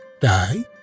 Die